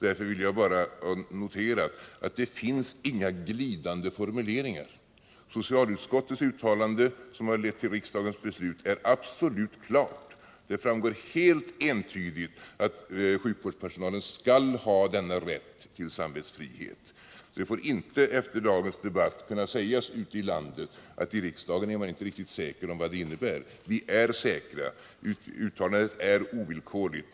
Därför vill jag bara notera att det inte finns några glidande formuleringar. Socialutskottets uttalande, som har lett till riksdagens beslut, är absolut klart. Det framgår helt entydigt att sjukvårdspersonalen skall ha denna rätt till samvetsfrihet. Efter dagens debatt får det inte kunna sägas ute i landet att man i riksdagen inte är riktigt säker på vad beslutet innebär. Vi är säkra. Uttalandet är ovillkorligt.